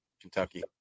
Kentucky